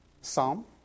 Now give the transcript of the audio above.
psalm